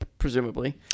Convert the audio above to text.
Presumably